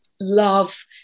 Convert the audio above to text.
love